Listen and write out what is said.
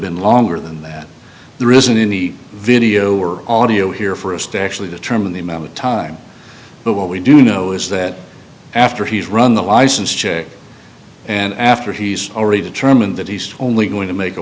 been longer than that there isn't in the video or audio here for us to actually determine the amount of time but what we do know is that after he's run the license and after he's already determined that east only going to make a